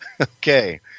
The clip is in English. Okay